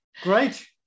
Great